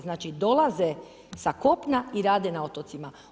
Znači dolaze sa kopna i rade na otocima.